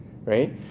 right